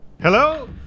Hello